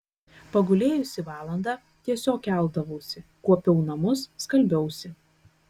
pagulėjusi valandą tiesiog keldavausi kuopiau namus skalbiausi